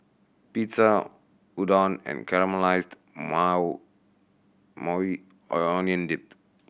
Pizza Udon and Caramelized Maui Onion Dip